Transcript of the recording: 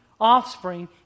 offspring